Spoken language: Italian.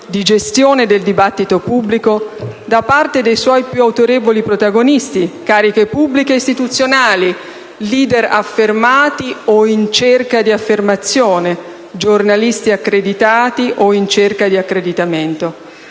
di gestione del dibattito pubblico da parte dei suoi più autorevoli protagonisti (cariche pubbliche e istituzionali, *leader* affermati o in cerca di affermazione, giornalisti accreditati o in cerca di accreditamento)?